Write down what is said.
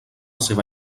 seva